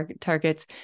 targets